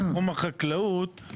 בתחום החקלאות,